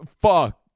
fuck